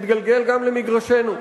מתגלגל גם למגרשנו,